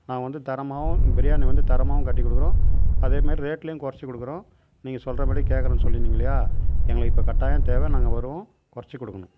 நாங்கள் வந்து தரமாகவும் பிரியாணி வந்து தரமாகவும் கட்டி கொடுக்குறோம் அதே மாரி ரேட்டுலையும் கொறச்சு கொடுக்குறோம் நீங்கள் சொல்கிற படி கேட்குறோம்னு சொல்லியிருந்திங்கல்லையா எங்களுக்கு இப்போ கட்டாயம் தேவை நாங்கள் வருவோம் கொறச்சு கொடுக்கணும்